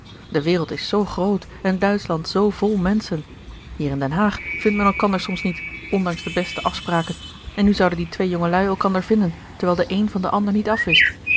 de wereld is zoo groot en duitschland zoo vol menschen hier in den haag vindt men elkander soms niet ondanks de beste afspraken en nu zouden die twee jongelui elkander vinden terwijl de een van den ander niet afwist